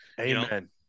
Amen